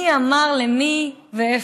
מי אמר למי ואיפה?